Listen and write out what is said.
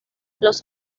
los